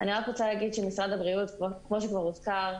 אני רוצה להגיד שמשרד הבריאות, כמו שכבר הוזכר,